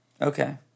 Okay